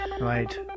Right